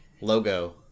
logo